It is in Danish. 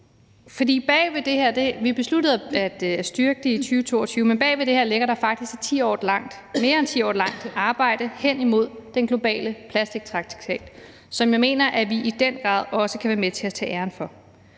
vi besluttede at styrke i 2022, ligger der faktisk et mere end 10 års langt arbejde hen imod den globale plastiktraktat, som jeg mener vi i den grad også kan være med til at tage æren for.